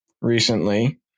recently